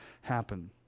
happen